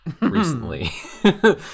recently